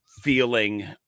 feeling